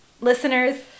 Listeners